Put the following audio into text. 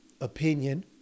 opinion